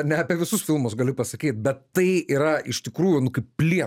ne apie visus filmus galiu pasakyt bet tai yra iš tikrųjų nu kaip plie